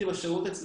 שלמרות הקשיים,